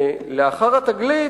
ולאחר התגלית,